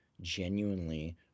genuinely